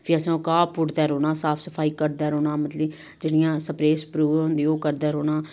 फ्ही असें ओह् घाह पुट्टदे रौह्ना साफ सफाई करदे रौह्ना मतलब कि जेह्ड़ियां स्प्रे स्प्रू होंदी ओह् करदे रौह्ना